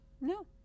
no